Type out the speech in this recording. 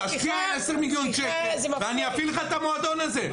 תשקיע 10 מיליון שקל ואני אפעיל לך את המועדון הזה.